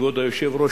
כבוד היושב-ראש,